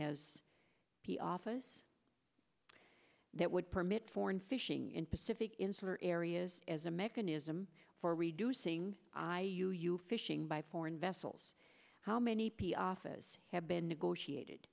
as the office that would permit foreign fishing in pacific insular areas as a mechanism for reducing you you fishing by foreign vessels how many office have been negotiated